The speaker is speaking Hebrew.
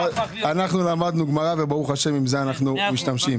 אנחנו למדנו גמרא, וברוך השם עם זה אנחנו משתמשים.